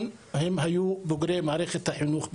הם היו בוגרי מערכת החינוך בחורה,